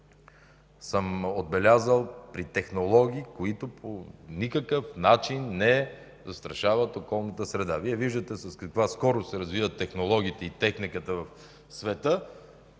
съм отбелязал „при технологии, които по никакъв начин не застрашават околната среда”. Виждате с каква скорост се развиват технологиите и техниката в света.